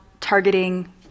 targeting